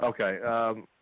Okay